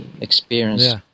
experience